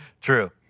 True